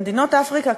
במדינות אפריקה,